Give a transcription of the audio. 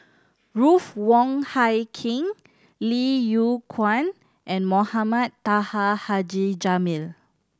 Ruth Wong Hie King Lim Yew Kuan and Mohamed Taha Haji Jamil